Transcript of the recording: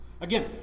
Again